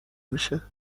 میشه